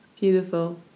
beautiful